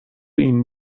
این